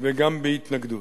וגם בהתנגדות.